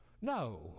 No